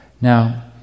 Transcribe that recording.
Now